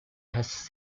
has